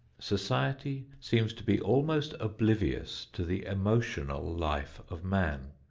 society seems to be almost oblivious to the emotional life of man.